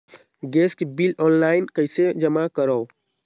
Gas के bill online कइसे जमा करव?